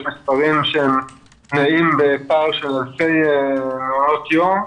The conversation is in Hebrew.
יש מספרים שנעים בפער של אלפי מעונות יום.